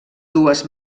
dues